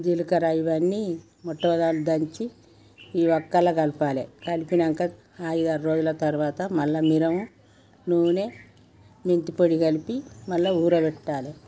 జీలకర్ర ఇవన్నీ మొట్టమొదట దంచి ఈ ఒక్కల్లో కలపాలే కలిపాక ఐదారు రోజుల తర్వాత మళ్ళీ మెరుము నూనె మెంతిపొడి కలిపి మళ్ళీ ఊరబెట్టాలే